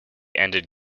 ended